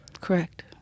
Correct